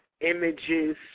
images